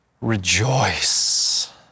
rejoice